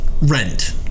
rent